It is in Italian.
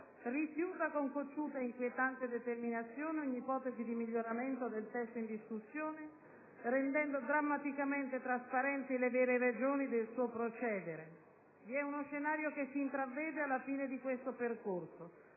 rifiuta con cocciuta e inquietante determinazione ogni ipotesi di miglioramento del testo in discussione, rendendo drammaticamente trasparenti le vere ragioni del suo procedere. Vi è uno scenario che si intravede alla fine di questo percorso.